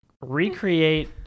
recreate